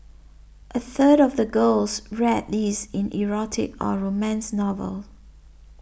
a third of the girls read these in erotic or romance novels